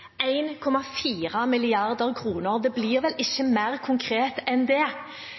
det blir vel ikke mer konkret enn det?